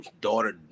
daughter